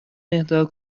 اهدا